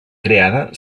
creada